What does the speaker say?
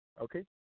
Okay